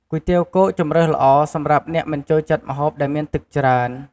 គុយទាវគោកជម្រើសល្អ សម្រាប់អ្នកមិនចូលចិត្តម្ហូបដែលមានទឹកច្រើន។